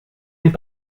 est